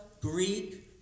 Greek